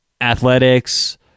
athletics